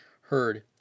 heard